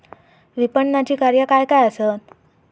विपणनाची कार्या काय काय आसत?